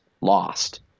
lost